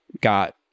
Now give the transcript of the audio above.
got